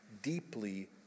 deeply